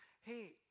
hey